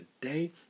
today